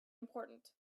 important